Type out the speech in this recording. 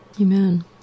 Amen